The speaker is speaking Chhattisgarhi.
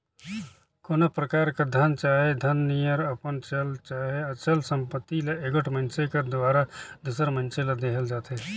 कोनो परकार कर धन चहे धन नियर अपन चल चहे अचल संपत्ति ल एगोट मइनसे कर दुवारा दूसर मइनसे ल देहल जाथे